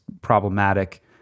problematic